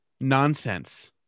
nonsense